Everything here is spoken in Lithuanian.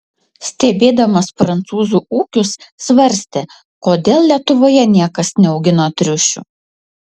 stebėdamas prancūzų ūkius svarstė kodėl lietuvoje niekas neaugina triušių